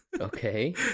Okay